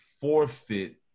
forfeit